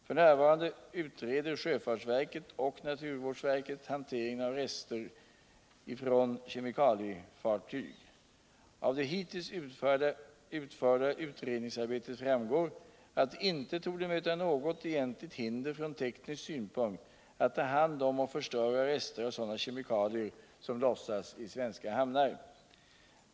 F.n. utreder sjöfartsverket och naturvårdsverket hanteringen av rester från kemikalietankfartyg. Av det hittills utförda utredningsarbetet framgår att det inte torde möta något egentligt hinuer från teknisk synpunkt att ta om hand och förstöra rester av sådana kemikalier som lossas i svenska hamnar.